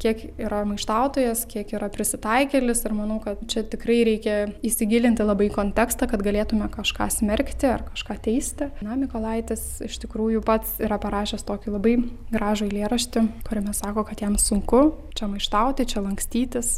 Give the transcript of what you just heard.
kiek yra maištautojas kiek yra prisitaikėlis ir manau kad čia tikrai reikia įsigilinti labai į kontekstą kad galėtume kažką smerkti ar kažką teisti na mykolaitis iš tikrųjų pats yra parašęs tokį labai gražų eilėraštį kuriame sako kad jam sunku čia maištauti čia lankstytis